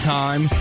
time